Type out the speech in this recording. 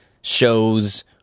shows